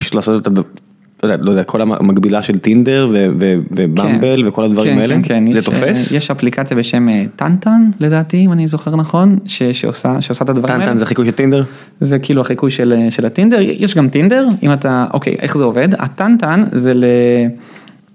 כל המקבילה של טינדר ובאמבל וכל הדברים האלה. יש אפליקציה בשם טנטן לדעתי אם אני זוכר נכון שעושה את הדברים האלה. טנטן זה חיקוי של טינדר? זה כאילו החיקוי של הטינדר יש גם טינדר למי ש... אוקיי, איך זה עובד הטנטן זה ל..